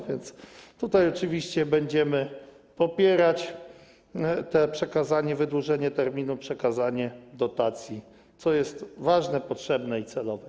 Więc oczywiście będziemy popierać to przekazanie, wydłużenie terminu, przekazanie dotacji, co jest ważne, potrzebne i celowe.